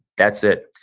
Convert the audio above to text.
that's it.